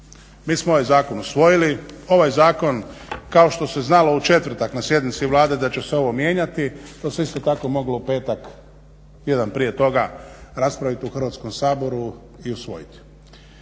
Mi smo ovaj zakon usvojili, ovaj zakon kao što se znalo u četvrtak na sjednici Vlade da će se ovo mijenjati to se isto tako moglo u petak, tjedan prije toga raspraviti u Hrvatskom saboru i usvojiti.